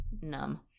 numb